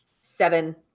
seven